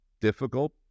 difficult